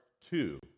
two